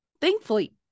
thankfully